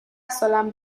سالم